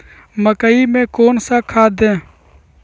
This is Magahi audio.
मकई में कौन सा खाद दे?